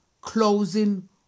closing